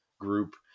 group